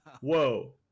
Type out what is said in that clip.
Whoa